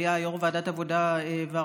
שהיה יו"ר ועדת העבודה והרווחה,